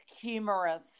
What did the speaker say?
humorous